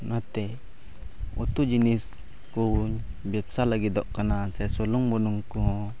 ᱚᱱᱟᱛᱮ ᱩᱛᱩ ᱡᱤᱱᱤᱥ ᱠᱚᱧ ᱵᱮᱵᱽᱥᱟ ᱞᱟᱹᱜᱤᱫᱚᱜ ᱠᱟᱱᱟ ᱥᱮ ᱥᱩᱱᱩᱢ ᱵᱩᱞᱩᱝ ᱠᱚ ᱦᱚᱸ